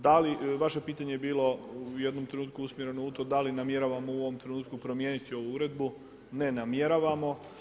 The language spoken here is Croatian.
Da li, vaše pitanje je bilo u jednom trenutku usmjereno u to da li namjeravamo u ovom trenutku promijeniti ovu uredbu, ne namjeravamo.